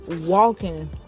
walking